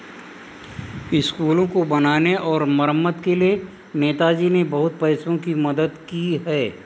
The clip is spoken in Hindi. स्कूलों को बनाने और मरम्मत के लिए नेताजी ने बहुत पैसों की मदद की है